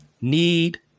need